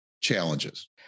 challenges